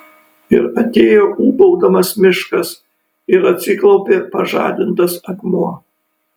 ir atėjo ūbaudamas miškas ir atsiklaupė pažadintas akmuo